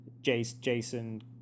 Jason